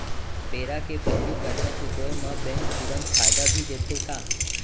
बेरा के पहिली करजा चुकोय म बैंक तुरंत फायदा भी देथे का?